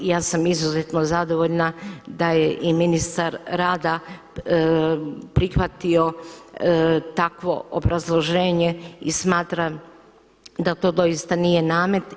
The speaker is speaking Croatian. Ja sam izuzetno zadovoljna da je i ministar rada prihvatio takvo obrazloženje i smatram da to doista nije namet.